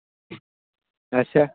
اَچھا